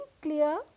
clear